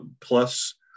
plus